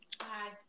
Hi